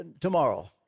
tomorrow